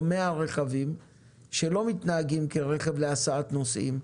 100 רכבים שלא מתנהגים כרכב להסעת נוסעים,